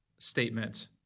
Statement